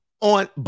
On